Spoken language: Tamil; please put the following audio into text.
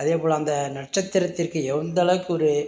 அதேப்போல அந்த நட்சத்திரத்திற்கு எந்தளவுக்கு ஒரு